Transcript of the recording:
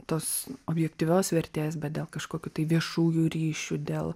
tos objektyvios vertės bet dėl kažkokių tai viešųjų ryšių dėl